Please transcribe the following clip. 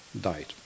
died